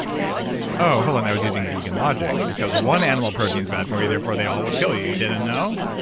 but no oh, hold on. i was using vegan logic because one animal protein's bad for you therefore they all would kill you. you didn't know?